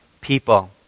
people